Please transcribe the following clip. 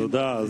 תודה.